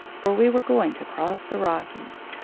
for we were going to cross the rockies.